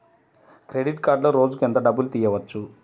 Credit కార్డులో రోజుకు ఎంత డబ్బులు తీయవచ్చు?